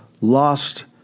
lost